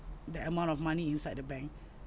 that amount of money inside the bank